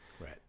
right